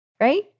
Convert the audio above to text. right